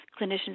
clinicians